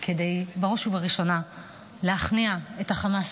בראש ובראשונה כדי להכניע את חמאס,